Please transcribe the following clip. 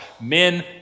Men